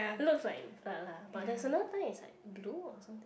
it looks like blood lah but there's another time it's like blue or something